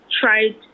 tried